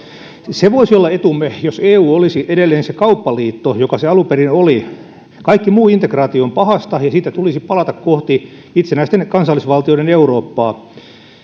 se voisi olla etumme jos eu olisi edelleen se kauppaliitto joka se alun perin oli kaikki muu integraatio on pahasta ja siitä tulisi palata kohti itsenäisten kansallisvaltioiden eurooppaa